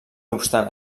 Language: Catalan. obstant